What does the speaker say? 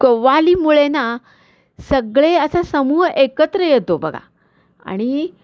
कव्वालीमुळे ना सगळे असा समूह एकत्र येतो बघा आणि